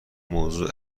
موضوع